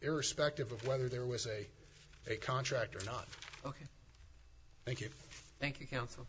irrespective of whether there was a contract or not ok thank you thank you counsel